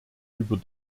über